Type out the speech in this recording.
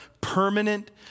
permanent